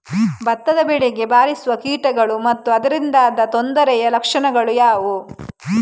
ಭತ್ತದ ಬೆಳೆಗೆ ಬಾರಿಸುವ ಕೀಟಗಳು ಮತ್ತು ಅದರಿಂದಾದ ತೊಂದರೆಯ ಲಕ್ಷಣಗಳು ಯಾವುವು?